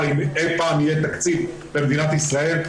אם אי פעם יהיה תקציב למדינת ישראל.